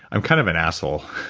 i'm kind of an asshole.